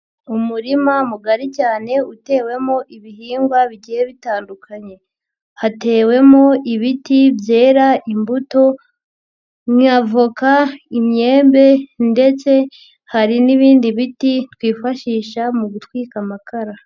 Umurima mugari cyane utewemo ibihingwa bigiye bitandukanye, hatewemo ibiti byera imbuto nk'avoka, imyembe ndetse hari n'ibindi biti twifashisha mu gutwika amakara.